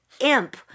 imp